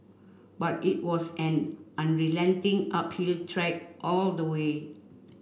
but it was an unrelenting uphill trek all the way